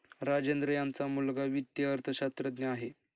राजेंद्र यांचा मुलगा वित्तीय अर्थशास्त्रज्ञ आहे